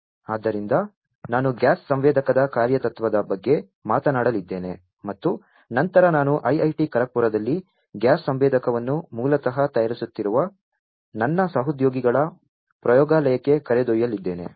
ಆದ್ದರಿಂದ ನಾನು ಗ್ಯಾಸ್ ಸಂವೇದಕದ ಕಾರ್ಯ ತತ್ವದ ಬಗ್ಗೆ ಮಾತನಾಡಲಿದ್ದೇನೆ ಮತ್ತು ನಂತರ ನಾನು ಐಐಟಿ ಖರಗ್ಪುರದಲ್ಲಿ ಗ್ಯಾಸ್ ಸಂವೇದಕವನ್ನು ಮೂಲತಃ ತಯಾರಿಸುತ್ತಿರುವ ನನ್ನ ಸಹೋದ್ಯೋಗಿಗಳ ಪ್ರಯೋಗಾಲಯಕ್ಕೆ ಕರೆದೊಯ್ಯಲಿದ್ದೇನೆ